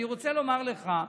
אני רוצה לומר לך,